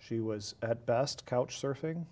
she was at best couchsurfing